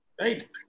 right